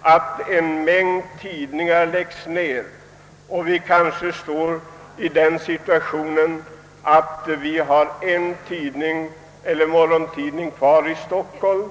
att en mängd tidningar läggs ned och att vi kanske snart befinner oss i det läget att det bara finns kvar en morgontidning i Stockholm.